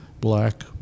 black